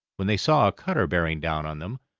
when they saw a cutter bearing down on them,